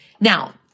Now